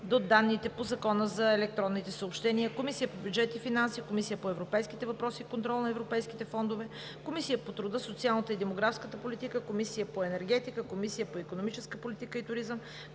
до данните по Закона за електронните съобщения, Комисията по бюджет и финанси, Комисията по европейските въпроси и контрол на европейските фондове, Комисията по труда, социалната и демографската политика, Комисията по енергетика, Комисията по икономическа политика и туризъм,